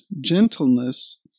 gentleness